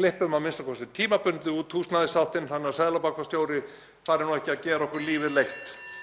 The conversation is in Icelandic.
klippum, a.m.k. tímabundið, út húsnæðisþáttinn þannig að seðlabankastjóri fari ekki að gera okkur lífið leitt.